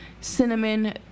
cinnamon